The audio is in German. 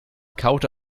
kaute